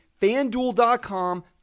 FanDuel.com